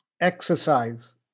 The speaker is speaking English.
exercise